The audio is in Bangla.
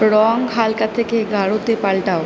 রঙ হালকা থেকে গাঢ়তে পাল্টাও